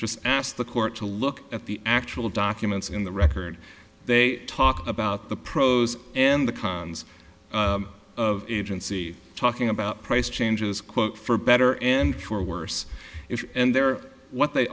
just ask the court to look at the actual documents in the record they talk about the pros and the cons of agency talking about price changes quote for better and for worse if they're what they